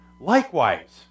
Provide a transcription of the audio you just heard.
Likewise